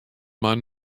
mar